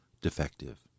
defective